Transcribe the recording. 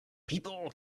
people